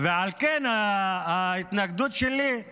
ועל כן ההתנגדות שלי היא